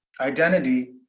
identity